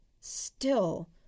Still